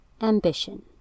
ambition